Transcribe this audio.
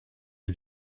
une